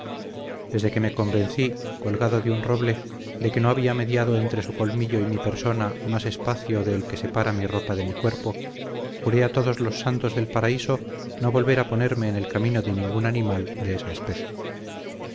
desde que me convencí colgado de un roble de que no había mediado entre su colmillo y mi persona más espacio que el que separa mi ropa de mi cuerpo juré a todos los santos del paraíso no volver a ponerme en el camino de ningún animal de esa especie